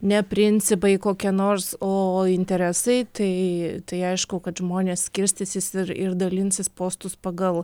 ne principai kokie nors o interesai tai tai aišku kad žmonės skirstysis ir ir dalinsis postus pagal